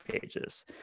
pages